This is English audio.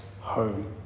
home